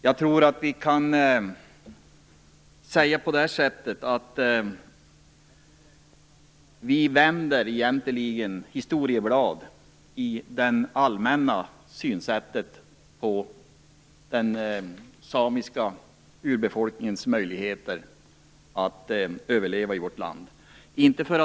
Jag tror att man kan säga att vi vänder ett blad i historieboken när det gäller det allmänna synsättet på den samiska urbefolkningens möjligheter att överleva i vårt land.